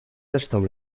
zresztą